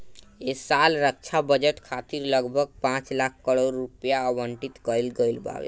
ऐ साल रक्षा बजट खातिर लगभग पाँच लाख करोड़ रुपिया आवंटित कईल गईल बावे